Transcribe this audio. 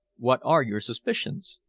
what are your suspicions?